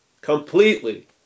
Completely